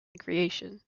creation